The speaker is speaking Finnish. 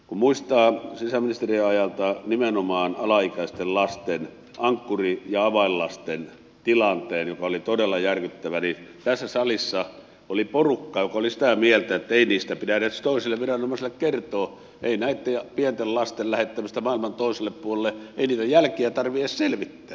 kun muistaa sisäministeriön ajalta nimenomaan alaikäisten lasten ankkuri ja avainlasten tilanteen joka oli todella järkyttävä niin tässä salissa oli porukkaa joka oli sitä mieltä että ei niistä pidä edes toisille viranomaisille kertoa ei jälkiä näitten pienten lasten lähettämisestä maailman toiselle puolelle tarvitse edes selvittää